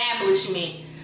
establishment